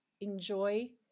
enjoy